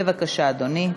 בבקשה, אדוני.